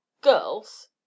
girls